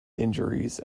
injuries